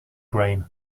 grain